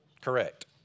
correct